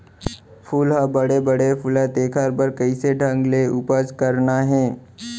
फूल ह बड़े बड़े फुलय तेकर बर कइसे ढंग ले उपज करना हे